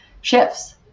shifts